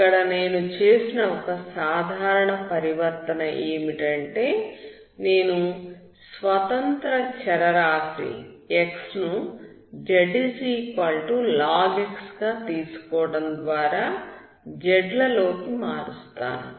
ఇక్కడ నేను చేసిన ఒక సాధారణ పరివర్తన ఏమిటంటే నేను స్వతంత్ర చరరాశి x ని zlog x గా తీసుకోవడం ద్వారా z లలోకి మారుస్తాను